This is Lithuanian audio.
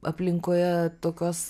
aplinkoje tokios